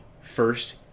first